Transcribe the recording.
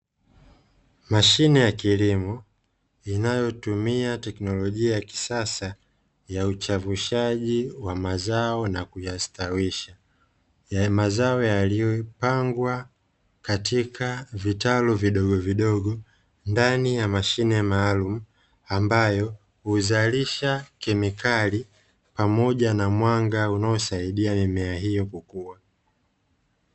Mashine ya kilimo inayotumia teknolojia ya kisasa ya uchavushaji wa mazao na kuyastawisha ya mazao yaliyopangwa katika vitalu vidogo vidogo ndani ya mashine maalumu, ambayo huzalisha kemikali pamoja na mwanga unaosaidia mimea hiyo kukua.